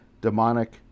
demonic